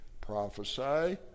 prophesy